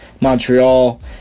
Montreal